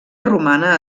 romana